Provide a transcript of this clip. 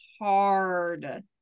hard